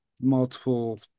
multiple